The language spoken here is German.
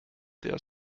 der